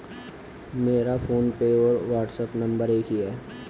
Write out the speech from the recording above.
मेरा फोनपे और WhatsApp number एक ही है